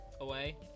Away